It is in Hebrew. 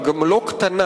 אבל גם לא קטנה,